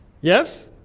Yes